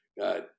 God